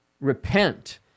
repent